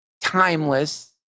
timeless